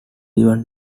even